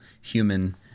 human